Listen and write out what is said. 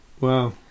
Wow